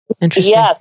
Interesting